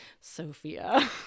Sophia